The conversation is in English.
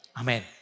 Amen